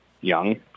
Young